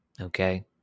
Okay